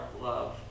love